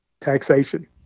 taxation